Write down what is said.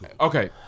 Okay